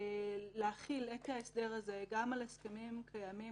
להחיל את ההסדר הזה גם על הסכמים קיימים,